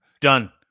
Done